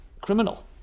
criminal